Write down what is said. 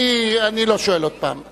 אני לא שואל עוד פעם.